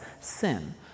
sin